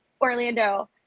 Orlando